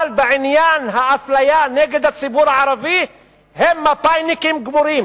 אבל בעניין האפליה נגד הציבור הערבי הם מפא"יניקים גמורים,